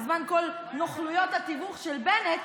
בזמן כל נוכלויות התיווך של בנט,